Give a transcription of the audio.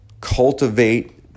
Cultivate